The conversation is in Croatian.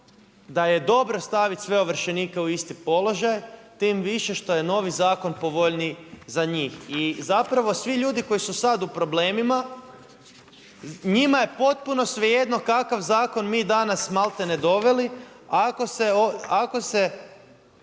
da je dobro staviti sve ovršenike u isti položaj, tim više što je novi zakon povoljniji za njih. I zapravo, svi ljudi koji su sad u problemima, njima je potpuno svejedno, kakav zakon mi danas maltene doveli, ako se